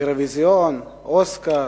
אירוויזיון, אוסקר,